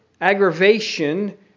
aggravation